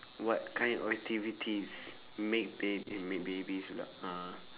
what kind of activities make baby make babies